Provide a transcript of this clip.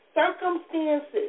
Circumstances